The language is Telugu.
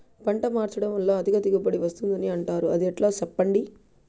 పంట మార్చడం వల్ల అధిక దిగుబడి వస్తుందని అంటారు అది ఎట్లా సెప్పండి